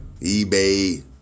eBay